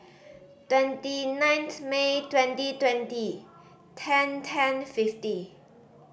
twenty ninth May twenty twenty ten ten fifty